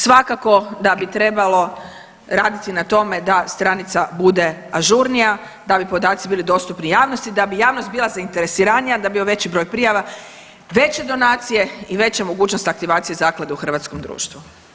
Svakako da bi trebalo raditi na tome da stranica bude ažurnija, da bi podaci bili dostupni javnosti, da bi javnost bila zainteresiranija, da bi bio veći broj prijava, veće donacije i veća mogućnost aktivacije Zaklade u hrvatskom društvu.